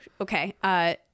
okay